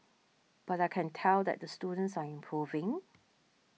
but I can tell that the students are improving